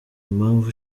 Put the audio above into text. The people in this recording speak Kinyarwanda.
impavu